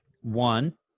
One